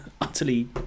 utterly